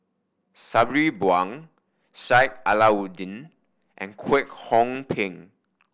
Sabri Buang Sheik Alau'ddin and Kwek Hong Png